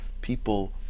People